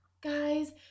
guys